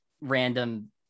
random